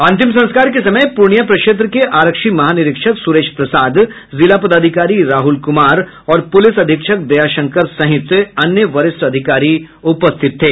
अंतिम संस्कार के समय पूर्णिया प्रक्षेत्र के आरक्षी महानिरीक्षक सुरेश प्रसाद जिला पदाधिकारी राहुल कुमार और पुलिस अधीक्षक दयाशंकर सहित अन्य वरिष्ठ अधिकारी उपस्थित थे